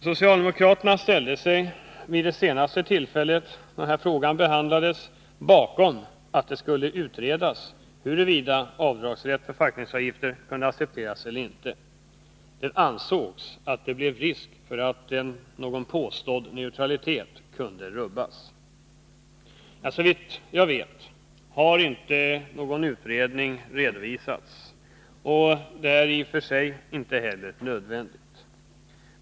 Socialdemokraterna ställde sig vid det senaste tillfälle då frågan behandlades bakom förslaget att det skulle utredas huruvida avdragsrätt för fackföreningsavgifter kunde accepteras eller inte. Det ansågs att det blev risk för att någon påstådd neutralitet kunde rubbas. Såvitt jag vet har inte någon utredning redovisats, och det är i och för sig inte heller nödvändigt.